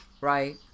Right